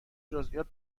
جزییات